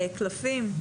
קלפים?